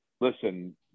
listen